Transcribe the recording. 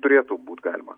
turėtų būt galima